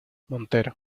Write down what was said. montero